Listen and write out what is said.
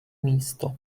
místo